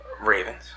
Ravens